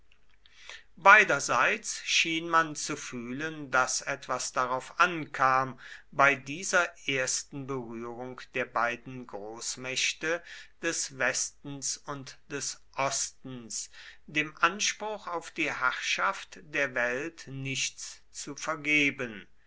beiderseits schien man zu fühlen daß etwas darauf ankam bei dieser ersten berührung der beiden großmächte des westens und des ostens dem anspruch auf die herrschaft der welt nichts zu vergeben